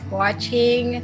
watching